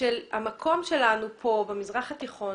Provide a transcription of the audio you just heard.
לגבי המקום שלנו כאן במזרח התיכון,